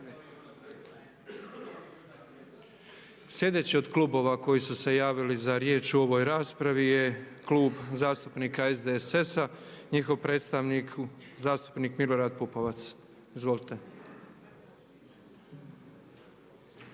Sljedeći od klubova koji su se javili za riječ u ovoj raspravi je Klub zastupnika SDSS-a, njihov predstavnik zastupnik Milorad Pupovac. Izvolite.